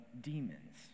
demons